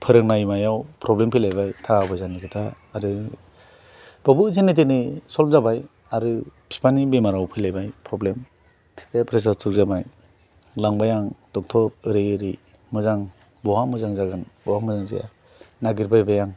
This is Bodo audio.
फोरोंनाय मायाव प्रब्लेम फैलायबाय थाखा फैसानि खोथा आरो बेयावबो जेने थेने सल्भ जाबाय आरो बिफानि बेमाराव फैलायबाय प्रब्लेम बिफाया प्रेसार स्थ्र'ख जानाय लांबाय आं डक्ट'र ओरै औरै मोजां बहा मोजां जागोन बहा मोजां जाया नायगिरबायबाय आं